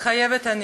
מתחייבת אני.